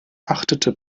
achtete